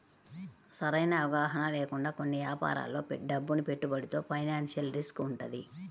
సరైన అవగాహన లేకుండా కొన్ని యాపారాల్లో డబ్బును పెట్టుబడితో ఫైనాన్షియల్ రిస్క్ వుంటది